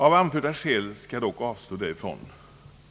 Av anförda skäl skall jag dock avstå därifrån.